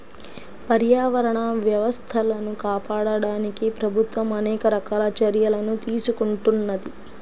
పర్యావరణ వ్యవస్థలను కాపాడడానికి ప్రభుత్వం అనేక రకాల చర్యలను తీసుకుంటున్నది